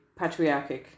patriarchic